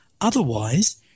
Otherwise